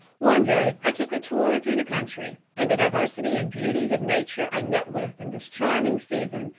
one day i took a tour through the country, and the diversity and beauties of nature i met with in this charming season,